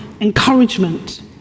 encouragement